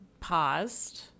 paused